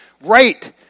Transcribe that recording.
right